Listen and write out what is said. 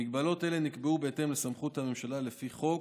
מגבלות אלה נקבעו בהתאם לסמכות הממשלה לפי חוק,